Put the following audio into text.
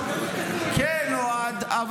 הוא חבר כנסת --- כן,